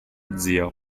zio